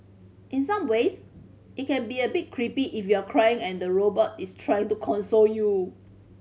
in some ways it can be a bit creepy if you're crying and the robot is try to console you